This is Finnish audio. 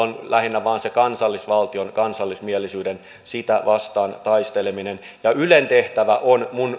on lähinnä vain se kansallisvaltiota ja kansallismielisyyttä vastaan taisteleminen ja ylen tehtävä on minun